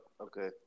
Okay